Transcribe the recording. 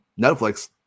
Netflix